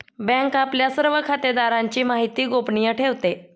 bank आपल्या सर्व खातेदारांची माहिती गोपनीय ठेवते